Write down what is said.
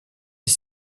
des